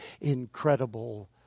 incredible